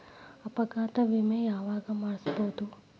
ಅಪಘಾತ ವಿಮೆ ಯಾವಗ ಮಾಡಿಸ್ಬೊದು?